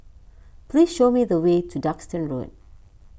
please show me the way to Duxton Road